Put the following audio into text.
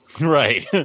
Right